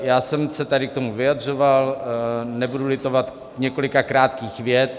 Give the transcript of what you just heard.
Já jsem se tady k tomu vyjadřoval, nebudu litovat několika krátkých vět.